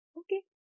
okay